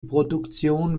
produktion